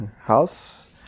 house